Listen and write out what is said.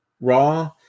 Raw